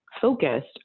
focused